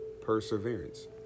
perseverance